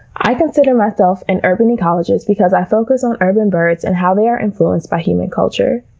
i consider myself an urban ecologist because i focus on urban birds and how they are influence by human culture.